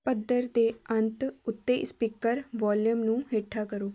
ਭੱਦਰ ਦੇ ਅੰਤ ਉੱਤੇ ਸਪੀਕਰ ਵੋਲੀਅਮ ਨੂੰ ਹੇਠਾਂ ਕਰੋ